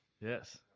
yes